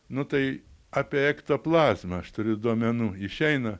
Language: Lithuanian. nu tai apie ektoplazmą aš turiu duomenų išeina